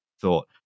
thought